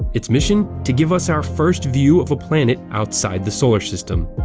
it's mission? to give us our first view of a planet outside the solar system.